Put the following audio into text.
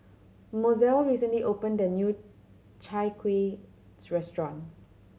Mozell recently opened a new Chai Kueh restaurant